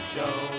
Show